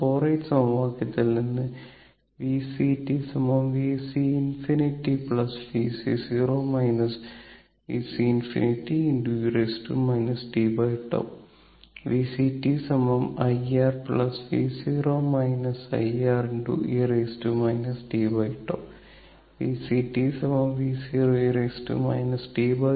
48 സമവാക്യത്തിൽ നിന്ന് Vc Vc ∞ Vc Vc ∞e tτ Vc IR e tτ Vc V0e tτ IR1 e tτ